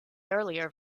earlier